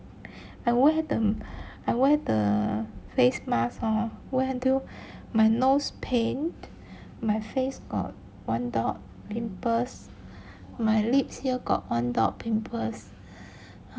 I wear the I wear the face mask hor wear until my nose pain my face got one dot pimples my lips here got dot pimples